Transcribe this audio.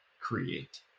create